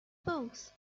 books